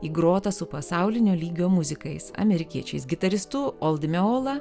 įgrotą su pasaulinio lygio muzikais amerikiečiais gitaristu ol di meola